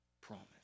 promise